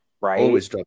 right